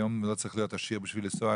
היום לא צריך להיות עשיר בשביל לנסוע.